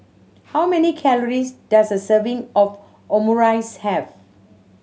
how many calories does a serving of Omurice have